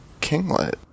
Kinglet